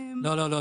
לא, לא.